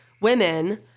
women